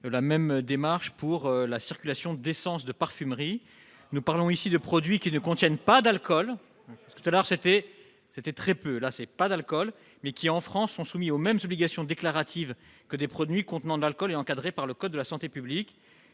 les démarches pour la circulation d'essences de parfumerie. Nous parlons ici de produits qui ne contiennent pas d'alcool, mais qui en France sont soumis aux mêmes obligations déclaratives que des produits contenant de l'alcool et encadrés par le code de la santé publique.